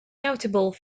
notable